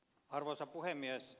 arvoisa puhemies